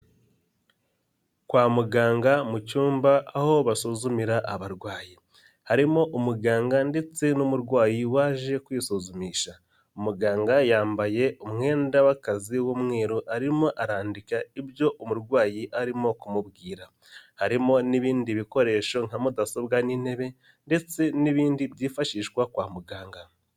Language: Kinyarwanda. Kwa muganga mu cyumba aho basuzumira abarwayi, harimo umuganga ndetse n'umurwayi waje kwisuzumisha, muganga yambaye umwenda w'akazi w'umweru arimo arandika ibyo umurwayi arimo kumubwira, harimo n'ibindi bikoresho nka mudasobwa n'intebe ndetse n'ibindi byifashishwa kwa muganga.